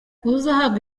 uzahabwa